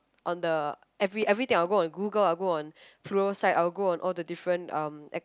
on the every everything I'll go on Google I'll go on Prosite I'll go on all the different um